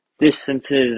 distances